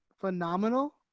Phenomenal